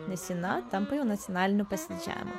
nes ji na tampa jau nacionaliniu pasididžiavimu